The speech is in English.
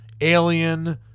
Alien